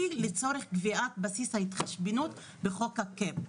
לצורך קביעת בסיס ההתחשבנות בחוק הקאפ.